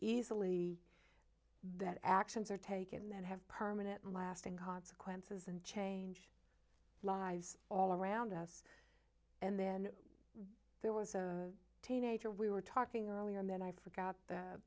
easily that actions are taken that have permanent and lasting consequences and change lives all around us and then there was a teenager we were talking earlier and then i forgot the